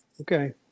Okay